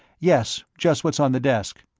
yes just what's on the desk.